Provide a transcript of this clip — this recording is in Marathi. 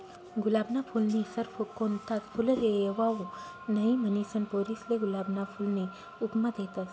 गुलाबना फूलनी सर कोणताच फुलले येवाऊ नहीं, म्हनीसन पोरीसले गुलाबना फूलनी उपमा देतस